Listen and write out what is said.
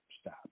Stop